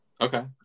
Okay